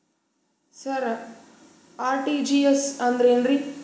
ಸರ RTGS ಅಂದ್ರ ಏನ್ರೀ?